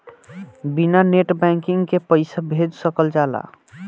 बिना net banking के पईसा भेज सकल जाला?